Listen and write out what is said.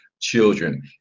children